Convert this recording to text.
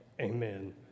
Amen